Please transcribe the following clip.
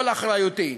הכול אחריותי.